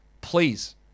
Please